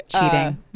Cheating